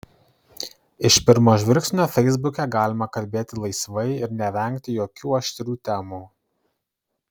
iš pirmo žvilgsnio feisbuke galima kalbėti laisvai ir nevengti jokių aštrių temų